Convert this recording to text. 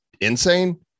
insane